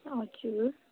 हजुर